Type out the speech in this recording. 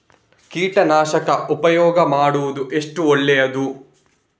ಕೀಟನಾಶಕ ಉಪಯೋಗ ಮಾಡುವುದು ಎಷ್ಟು ಒಳ್ಳೆಯದು?